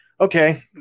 okay